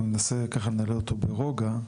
ברוגע,